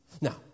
Now